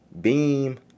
Beam